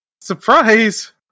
Surprise